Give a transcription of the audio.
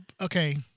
Okay